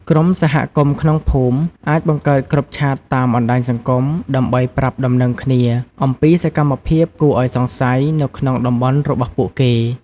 ក្រុមសហគមន៍ក្នុងភូមិ អាចបង្កើតគ្រុបឆាតតាម បណ្ដាញសង្គម ដើម្បី ប្រាប់ដំណឹងគ្នា អំពី សកម្មភាពគួរឱ្យសង្ស័យ នៅក្នុង តំបន់របស់ពួកគេ។